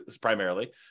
primarily